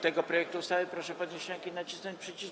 tego projektu ustawy, proszę podnieść rękę i nacisnąć przycisk.